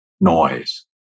noise